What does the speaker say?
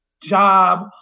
job